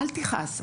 אל תכעס.